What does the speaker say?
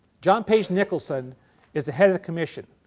john page nicholson is the head of the commission.